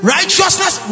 Righteousness